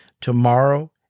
tomorrow